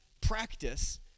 practice